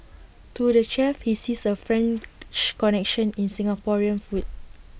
to the chef he sees A French connection in Singaporean food